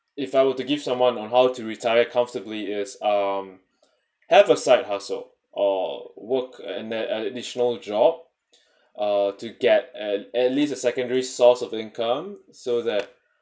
if I were to give someone on how to retire comfortably is um have a side hustle or work an uh additional job uh to get at at least a secondary source of income so that